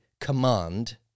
command